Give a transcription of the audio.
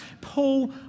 Paul